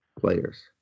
players